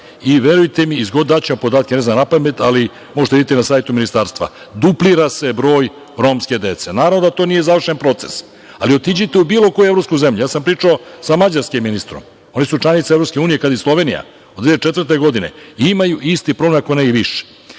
i verujte mi, daću vam podatke, ne znam napamet, ali možete da vidite na sajtu Ministarstva, duplira se broj romske dece. Naravno, da to nije završen proces, ali otiđite u bilo koju evropsku zemlju. Ja sam pričao sa mađarskim ministrom, oni su članice EU kada i Slovenija od 2004. godine i imaju isti problem ako ne i više.